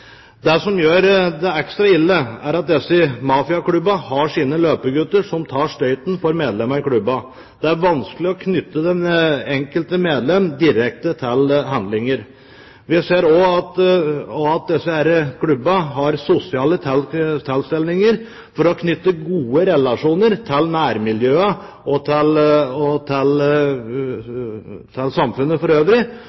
Det som gjør det ekstra ille, er at disse mafiaklubbene har sine løpegutter som tar støyten for medlemmene i klubbene. Det er vanskelig å knytte det enkelte medlem direkte til handlinger. Vi ser også at disse klubbene har sosiale tilstelninger for å knytte gode relasjoner til nærmiljøene og til samfunnet for øvrig, og